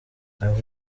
aha